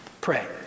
Pray